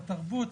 בתרבות,